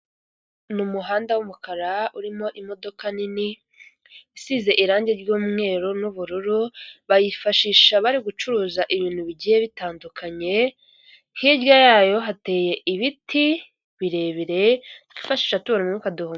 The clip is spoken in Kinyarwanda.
Ni umuhanda w'umukara urimo imodoka nini isize irangi ry'umweru n'ubururu, bayifashisha bari gucuruza ibintu bigiye bitandukanye, hirya yayo hateye ibiti birebire twifashisha tubona umwuka duhu.